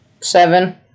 Seven